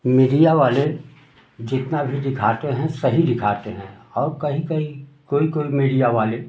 media वाले जितना भी दिखाते हैं सही दिखाते हैं और कहीं कहीं कोई कोई मीडिया वाले